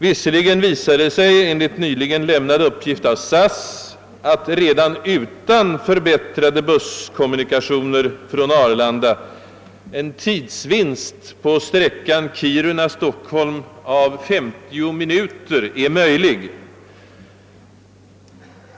Visserligen visar det sig, enligt en nyligen lämnad uppgift av SAS, att redan utan förbättrade busskommunikationer från Arlanda en tidsvinst på sträckan Kiruna—Stockholm av 50 minuter är möjlig.